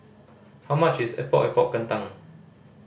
how much is Epok Epok Kentang